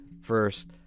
first